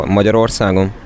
Magyarországon